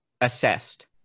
assessed